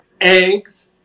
eggs